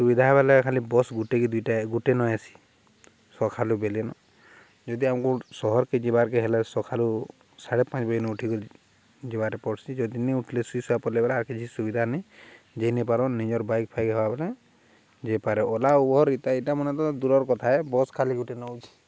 ସୁବିଧା ବଲେ ଖାଲି ବସ୍ ଗୁଟେ କି ଦୁଇଟା ଗୁଟେ ନ ହେସି ସଖାଳୁ ବେଲେ ନ ଯଦି ଆମକୁ ସହରକେ ଯିବାର୍ କେ ହେଲେ ସଖାଲୁ ସାଢ଼େ ପାଞ୍ଚ ବିନୁ ଉଠିକରି ଯିବାରେ ପଡ଼୍ସି ଯଦି ନେଇ ଉଠିଲେ ସୁଇ ସୟା ପଡ଼ିଲେ ଏ ଗୁଡ଼ା ଆଉ କିଛି ସୁବିଧା ନାହିଁ ଯେଇନପାରନ୍ ନିଜର ବାଇକ୍ ଫାଇକ୍ ହବା ବଲେ ଯାଇପାରେ ଓଲା ଉବର ଇଟା ଇଟା ମାନେ ତ ଦୂରର କଥା ବସ୍ ଖାଲି ଗୁଟେ ନଉଛି